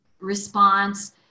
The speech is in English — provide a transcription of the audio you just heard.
response